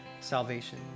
salvation